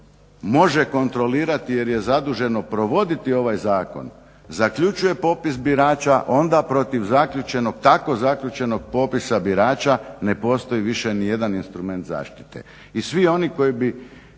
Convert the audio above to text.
može kontrolirati jer je zaduženo provoditi ovaj zakon zaključuje popis birača onda protiv zaključanog, tako zaključenog popisa birača ne postoji više ni jedan instrument zaštite. I svi oni koji bi